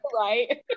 Right